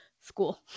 school